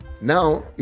now